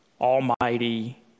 almighty